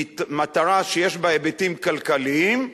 היא מטרה שיש בה היבטים כלכליים,